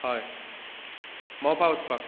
हय मोपा वचपाक